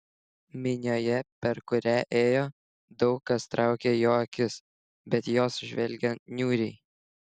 minioje per kurią ėjo daug kas traukė jo akis bet jos žvelgė niūriai